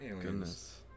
Goodness